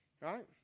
right